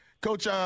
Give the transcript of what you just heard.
Coach